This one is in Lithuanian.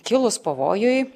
kilus pavojui